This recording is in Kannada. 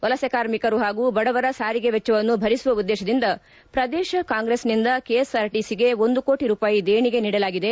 ವಲಸೆ ಕಾರ್ಮಿಕರು ಪಾಗೂ ಬಡವರ ಸಾರಿಗೆ ವೆಚ್ಚವನ್ನು ಭರಿಸುವ ಉದ್ದೇಶದಿಂದ ಪ್ರದೇಶ ಕಾಂಗ್ರೆಸ್ನಿಂದ ಕೆಎಸ್ಆರ್ಟಿಸಿಗೆ ಒಂದು ಕೋಟಿ ರೂಪಾಯಿ ದೇಣಿಗೆ ನೀಡಲಾಗಿದೆ